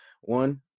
One